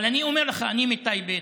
אבל אני אומר לך, אני מטייבה.